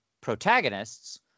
protagonists